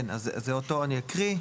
כן, אז אותו אני אקריא.